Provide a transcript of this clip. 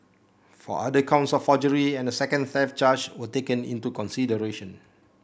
four other counts of forgery and a second theft charge were taken into consideration